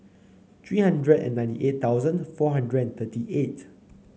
three hundred and ninety eight thousand four hundred thirty eight